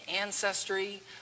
ancestry